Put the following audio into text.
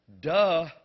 Duh